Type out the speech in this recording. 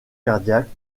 cardiaques